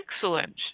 excellent